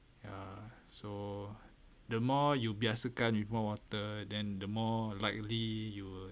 uh so the more you biasakan with more water then the more likely you will